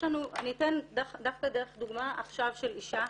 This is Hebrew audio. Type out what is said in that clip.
אני אתן דוגמה של אישה